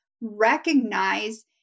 recognize